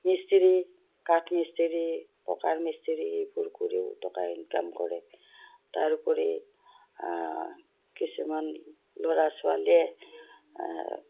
মিস্ত্ৰী কাঠ মিস্ত্ৰী পকাৰ মিস্ত্ৰী এইবোৰ কৰিও টকা ইনকাম কৰে তাৰ উপৰি কিছুমান ল'ৰা ছোৱালীয়ে